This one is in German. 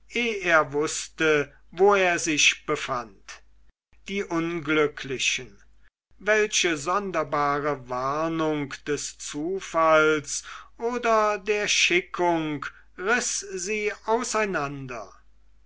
er wußte wo er sich befand die unglücklichen welche sonderbare warnung des zufalls oder der schickung riß sie auseinander